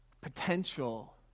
potential